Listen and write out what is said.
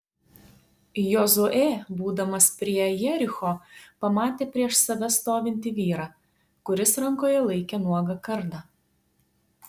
jozuė būdamas prie jericho pamatė prieš save stovintį vyrą kuris rankoje laikė nuogą kardą